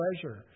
pleasure